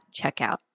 checkout